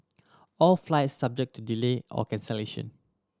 all flights subject to delay or cancellation